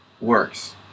works